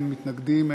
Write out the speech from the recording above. אין מתנגדים,